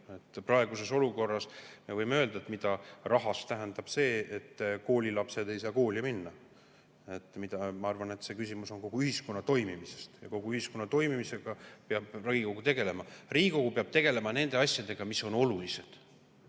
Praeguses olukorras me võime öelda, mida rahas tähendab see, et koolilapsed ei saa kooli minna. Ma arvan, et küsimus on kogu ühiskonna toimimises ja kogu ühiskonna toimimisega peab Riigikogu tegelema. Riigikogu peab tegelema nende asjadega, mis on olulised.